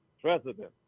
president